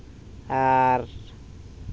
ᱟᱨ